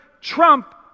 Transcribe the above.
trump